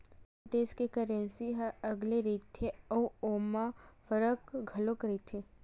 हर देस के करेंसी ह अलगे रहिथे अउ ओमा फरक घलो रहिथे